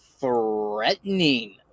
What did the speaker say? threatening